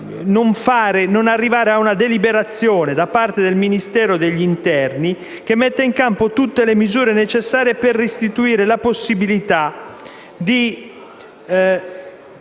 arrivare ad una deliberazione da parte del Ministro dell'interno che metta in campo tutte le misure necessarie per restituire la possibilità per